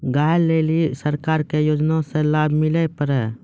गाय ले ली सरकार के योजना से लाभ मिला पर?